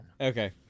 Okay